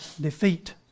defeat